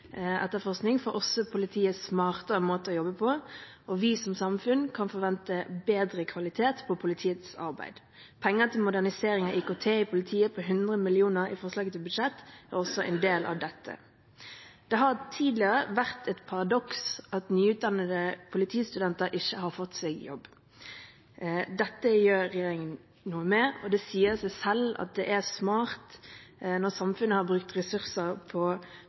får også politiet smartere måter å jobbe på, og vi som samfunn kan forvente bedre kvalitet på politiets arbeid. 100 mill. kr til modernisering av IKT i politiet i forslaget til budsjett er også en del av dette. Det har tidligere vært et paradoks at nyutdannede politistudenter ikke har fått seg jobb. Dette gjør regjeringen noe med, og det sier seg selv at det er smart at de, når samfunnet har brukt ressurser på